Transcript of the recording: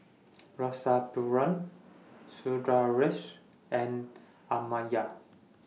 Rasipuram Sundaresh and Amartya